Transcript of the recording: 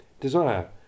desire